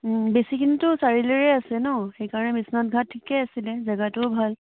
বেছিখিনিতো চাৰিআলিৰে আছে ন সেইকাৰণে বিশ্বনাথ ঘাট ঠিকেই আছিলে জেগাটোও ভাল